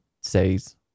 says